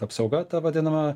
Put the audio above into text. apsauga ta vadinama